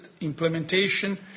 implementation